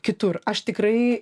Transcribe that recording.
kitur aš tikrai